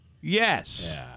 Yes